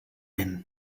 him